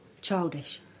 Childish